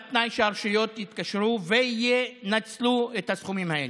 בתנאי שהרשויות יתקשרו וינצלו את הסכומים האלה.